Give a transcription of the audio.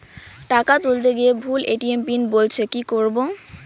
টাকা তুলতে গিয়ে ভুল এ.টি.এম পিন বলছে কি করবো?